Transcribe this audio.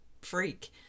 freak